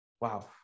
Wow